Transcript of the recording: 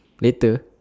later